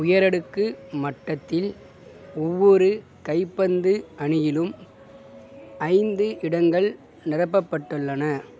உயரடுக்கு மட்டத்தில் ஒவ்வொரு கைப்பந்து அணியிலும் ஐந்து இடங்கள் நிரப்பப்பட்டுள்ளன